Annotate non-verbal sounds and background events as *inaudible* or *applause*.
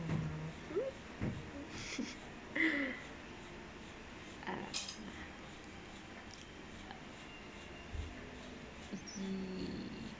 *noise* *laughs* *breath* uh uh